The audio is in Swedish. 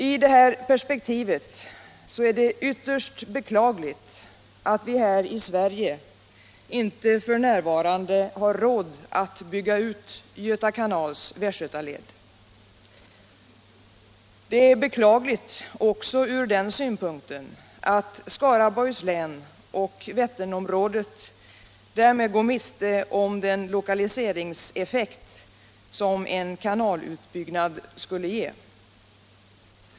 I detta perspektiv är det ytterst beklagligt att vi här i Sverige inte f. n. har råd att bygga ut Göta kanals västgötaled. Det är beklagligt också ur den synpunkten att Skaraborgs län och Vätternområdet därmed går miste om den lokaliseringseffekt en kanalutbyggnad skulle ge.